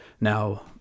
Now